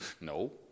no